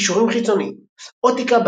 קישורים חיצוניים אוטיקה,